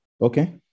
Okay